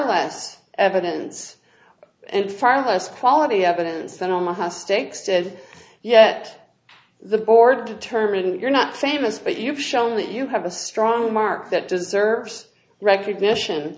less evidence and far less quality evidence that omaha steaks did yet the board determined your not samus but you've shown that you have a strong mark that deserves recognition